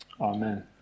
Amen